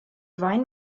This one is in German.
wein